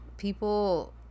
people